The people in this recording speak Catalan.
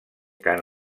cant